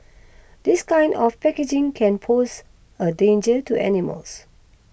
this kind of packaging can pose a danger to animals